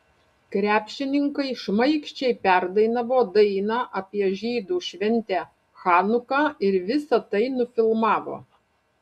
krepšininkai šmaikščiai perdainavo dainą apie žydų šventę chanuką ir visa tai nufilmavo